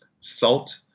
salt